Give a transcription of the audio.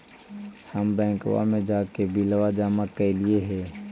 हम बैंकवा मे जाके बिलवा जमा कैलिऐ हे?